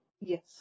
yes